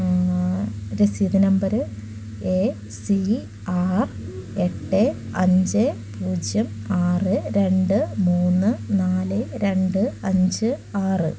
രസീത് നമ്പറ് A C R എട്ട് അഞ്ച് പൂജ്യം ആറ് രണ്ട് മൂന്ന് നാല് രണ്ട് അഞ്ച് ആറ്